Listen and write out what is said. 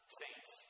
saints